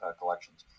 collections